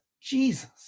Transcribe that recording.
jesus